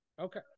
Okay